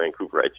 Vancouverites